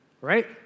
right